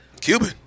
Cuban